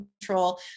control